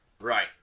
Right